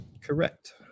Correct